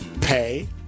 pay